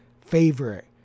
favorite